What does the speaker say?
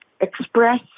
express